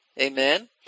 Amen